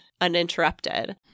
uninterrupted